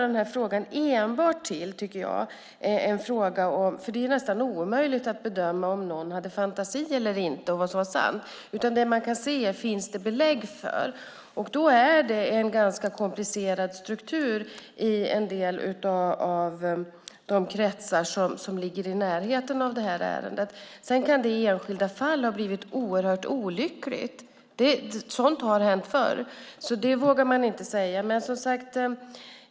Det är nästan omöjligt att bedöma om någon hade fantasi eller inte och vad som var sant. Det man kan se är vad det finns belägg för. Det är en ganska komplicerad struktur i en del av de kretsar som ligger i närheten av det här ärendet. Sedan kan det i det i enskilda fall ha blivit oerhört olyckligt. Sådant har hänt förr. Det vågar man inte säga.